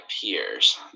peers